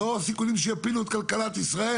לא סיכונים שיפילו את כלכלת ישראל,